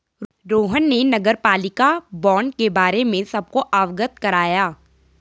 रोहन ने नगरपालिका बॉण्ड के बारे में सबको अवगत कराया